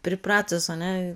pripratus one